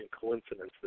coincidences